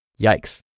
Yikes